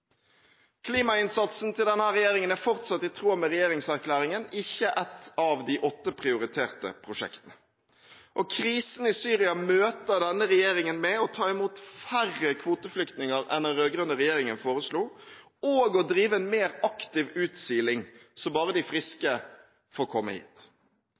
Klimainnsatsen til denne regjeringen er fortsatt i tråd med regjeringserklæringen: Den er ikke ett av de åtte prioriterte prosjektene. Og krisen i Syria møter denne regjeringen med å ta imot færre kvoteflyktninger enn det den rød-grønne regjeringen foreslo, og med å drive en mer aktiv utsiling så bare de friske får komme hit.